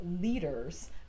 leaders